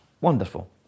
Wonderful